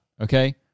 okay